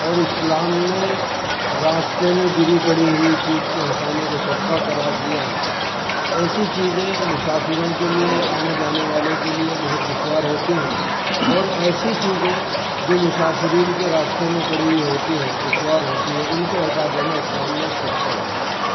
اور اسلام نے راستے میں گری پڑی ہوئی چیز کے ہٹانے کا صدقہ قرار دیا ہے ایسی چیزیں مسافروں کے لیے آنے جانے والوں کے لیے بہت دشوار ہوتی ہیں اور ایسی چیزیں جو مسافرین کے راستے میں پڑی ہوئی ہوتی ہیں دشوار ہوتی ہے ان کو ہٹا دینا اسلام میں ایک صدقہ ہوتا ہے